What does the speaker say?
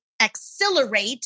accelerate